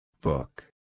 Book